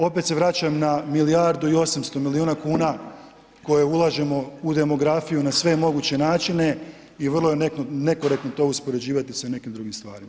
Opet se vraćam na milijardu i 800 milijuna ku na, koje u lažemo u demografiju na sve moguće načine i vrlo je nekorektno to uspoređivati sa nekim drugim stvarima.